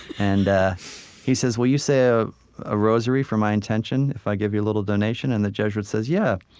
and ah he says, will you say ah a rosary for my intention if i give you a little donation? and the jesuit says, yeah.